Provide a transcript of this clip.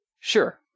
sure